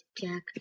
Jack